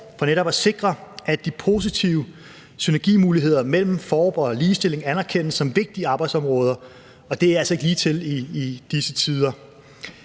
for netop at sikre, at de positive synergimuligheder mellem FoRB og ligestilling anerkendes som vigtige arbejdsområder, og det er altså ikke ligetil i disse tider.